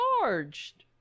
charged